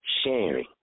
sharing